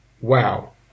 wow